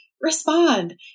respond